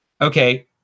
Okay